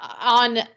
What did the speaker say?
on